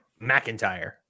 McIntyre